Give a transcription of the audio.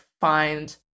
find